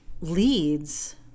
leads